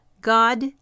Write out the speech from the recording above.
God